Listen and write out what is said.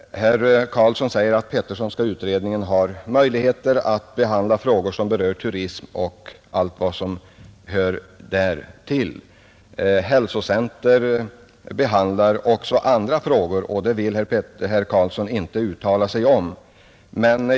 Herr Karlsson i Huskvarna säger att den Petterssonska utredningen har möjligheter att behandla frågor som rör turismen och allt vad som därtill hör. Ett hälsocentrum berör också andra frågor, men dem vill herr Karlsson inte uttala sig om.